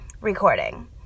recording